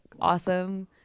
awesome